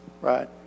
right